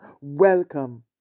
Welcome